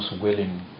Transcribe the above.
willing